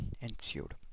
ensued